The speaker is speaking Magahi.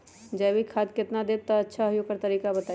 जैविक खाद केतना देब त अच्छा होइ ओकर तरीका बताई?